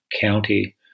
county